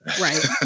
Right